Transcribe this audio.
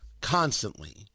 constantly